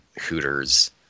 Hooters